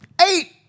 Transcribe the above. Eight